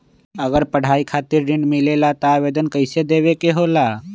अगर पढ़ाई खातीर ऋण मिले ला त आवेदन कईसे देवे के होला?